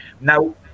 Now